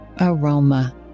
aroma